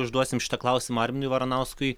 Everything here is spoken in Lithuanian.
užduosim šitą klausimą arminui varnauskui